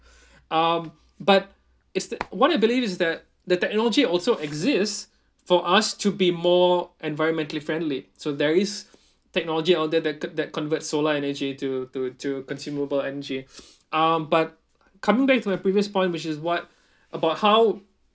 um but it's that what I believe is that the technology also exists for us to be more environmentally friendly so there is technology out there that con~ that converts solar energy to to to consumable energy um but coming back to my previous point which is what about how